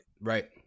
right